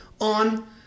on